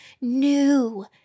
new